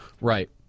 Right